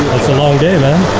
it's a long day man.